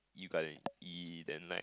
you got it E the night